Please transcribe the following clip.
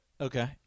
Okay